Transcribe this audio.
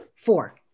Four